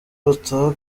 bataha